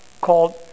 called